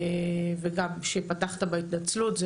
וגם שפתחת בהתנצלות,